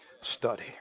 study